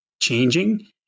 changing